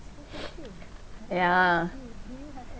yeah